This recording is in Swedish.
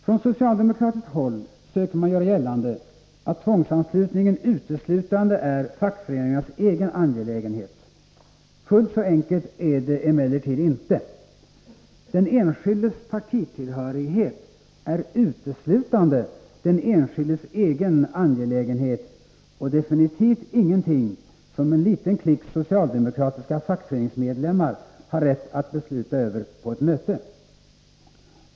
Från socialdemokratiskt håll söker man göra gällande att tvångsanslutningen uteslutande är fackföreningarnas egen angelägenhet. Fullt så enkelt är det emellertid inte. Den enskildes partitillhörighet är uteslutande den enskildes egen angelägenhet och absolut ingenting som en liten klick socialdemokratiska fackföreningsmedlemmar har rätt att besluta om på ett möte.